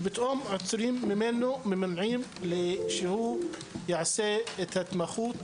ובסוף מונעים ממנו לעשות התמחות.